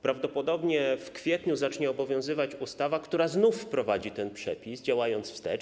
Prawdopodobnie w kwietniu zacznie obowiązywać ustawa, która znów wprowadzi ten przepis, działając wstecz.